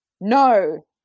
No